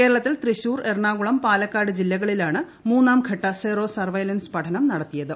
കേരളത്തിൽ തൃശൂർ എറണാകുളം പാലക്കാട് ജില്ലകളിലാണ് മൂന്നാംഘട്ട സീറോ സർവയലൻസ് പഠനം നടത്തിയത്